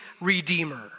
redeemer